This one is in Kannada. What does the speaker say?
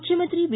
ಮುಖ್ಯಮಂತ್ರಿ ಬಿ